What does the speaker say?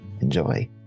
Enjoy